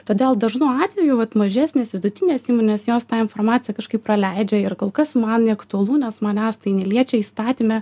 todėl dažnu atveju vat mažesnės vidutinės įmonės jos tą informaciją kažkaip praleidžia ir kol kas man neaktualu nes manęs tai neliečia įstatyme